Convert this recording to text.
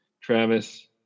travis